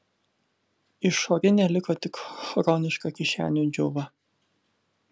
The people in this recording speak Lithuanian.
išorinė liko tik chroniška kišenių džiova